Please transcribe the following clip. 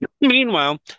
Meanwhile